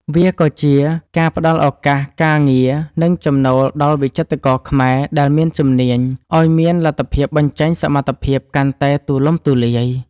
វាក៏ជាការផ្ដល់ឱកាសការងារ និងចំណូលដល់វិចិត្រករខ្មែរដែលមានជំនាញឱ្យមានលទ្ធភាពបញ្ចេញសមត្ថភាពកាន់តែទូលំទូលាយ។